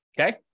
okay